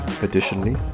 Additionally